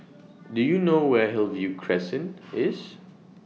Do YOU know Where Hillview Crescent IS